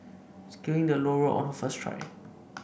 scaling the low rope on her first try